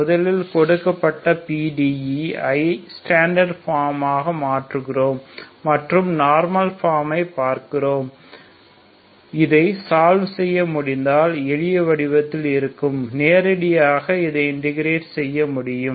முதலில் கொடுக்கப்பட்ட pde ஐ ஸ்டாண்டர்ட் ஃபார்ம் ஆக மாற்றுகிறோம் மற்றும் நார்மல் ஃபார்ம் ஐ பார்க்கிறோம் இதை சால்வ் செய்ய முடிந்தால் எளிய வடிவத்தில் இருந்தால் நேரடியாக இந்த இந்தக்கரைட் செய்ய முடியும்